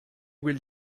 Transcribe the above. will